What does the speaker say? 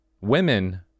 Women